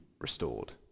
restored